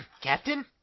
Captain